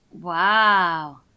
Wow